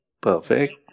perfect